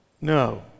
No